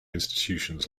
institutions